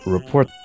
Report